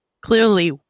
clearly